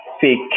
fake